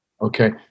okay